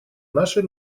нашей